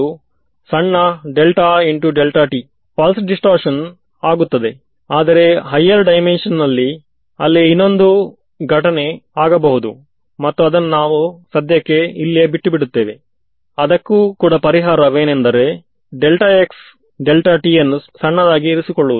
ನೀವು ಯಾವಾಗ ಮೆಶ್ ಅನ್ನು ಯಾವಾಗ CAD ಸಾಫ್ಟ್ವೇರ್ ನ್ನು ಉಪಯೋಗಿಸಿ ಡಿಫೈನ್ ಮಾಡುವ ಬದಲಿಗೆ ಒಂದು ವೃತ್ತ ಅಥವಾ ಅದರ ಸುತ್ತ ಮೆಶ್ ಸಾಫ್ಟ್ವೇರ್ ಏನು ಮಾಡುತ್ತದೆ ಎಂದರೆ ಆ ಎಡ್ಜ್ ನ್ನು ಗುರ್ತಿಸುತ್ತದೆ